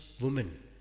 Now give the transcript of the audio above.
woman